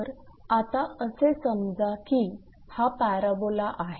तर आता असे समजा की हा पॅराबोला आहे